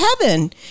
heaven